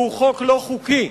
והוא חוק לא חוקי.